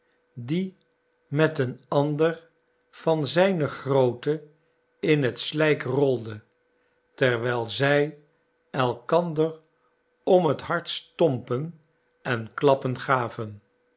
die met een ander van zijne grootte in het slijk rolde terwijl zij elkander om het hardst stompen en klappen gaven